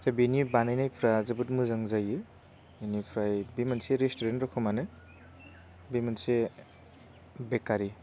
जे बेनि बानायनायफ्रा जोबोद मोजां जायो बिनिफ्राय बे मोनसे रेस्टुरेन्ट रोखोमानो बे मोनसे बेकारि